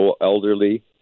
elderly